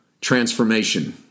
transformation